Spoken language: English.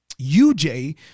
UJ